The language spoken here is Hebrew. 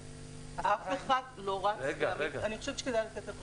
אף אחד לא רץ להמית כלבים.